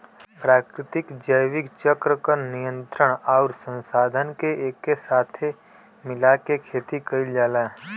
प्राकृतिक जैविक चक्र क नियंत्रण आउर संसाधन के एके साथे मिला के खेती कईल जाला